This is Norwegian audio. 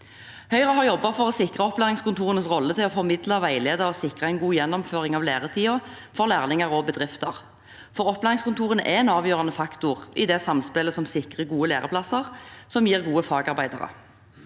Høyre har jobbet for å sikre opplæringskontorenes rolle til å formidle, veilede og sikre en god gjennomføring av læretiden for lærlinger og bedrifter. Opplæringskontorene er en avgjørende faktor i det samspillet som sikrer gode læreplasser som gir gode fagarbeidere.